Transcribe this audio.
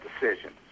decisions